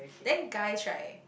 then guys right